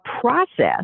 process